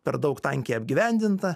per daug tankiai apgyvendinta